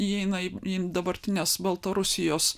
įeina į į dabartinės baltarusijos